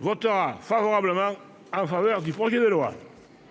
votera en faveur du projet de loi.